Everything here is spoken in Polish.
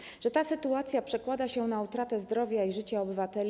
Już wiemy, że ta sytuacja przekłada się na utratę zdrowia i życia obywateli.